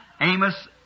Amos